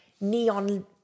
neon